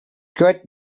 quiet